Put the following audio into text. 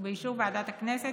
ובאישור ועדת הכנסת,